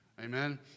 Amen